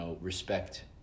respect